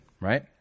right